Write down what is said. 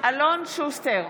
אלון שוסטר,